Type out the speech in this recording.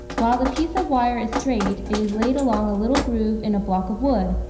while the piece of wire is straight, it is laid along a little groove in a block of wood,